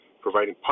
providing